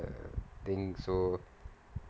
err thing so